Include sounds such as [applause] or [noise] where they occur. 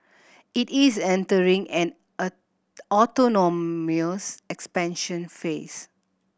it is entering an [unintelligible] autonomous expansion phase